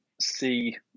see